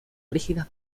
rígida